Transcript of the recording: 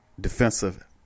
defensive